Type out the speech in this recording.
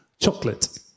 chocolate